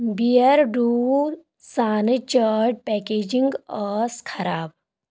Beardo صانہِ چٲٹۍ packaging ٲس خراب